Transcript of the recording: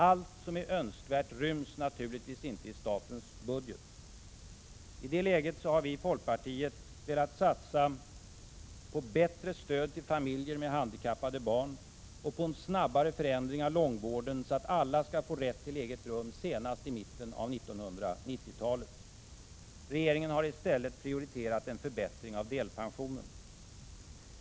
Allt som är önskvärt ryms naturligtvis inte i statens budget. I det läget har vi i folkpartiet velat satsa på bättre stöd till familjer med handikappade barn och på en snabbare förändring av långvården, så att alla skall få rätt till eget rum senast i mitten av 1990-talet. Regeringen har i stället prioriterat en förbättring av delpensionen.